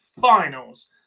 finals